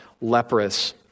leprous